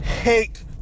hate